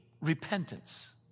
repentance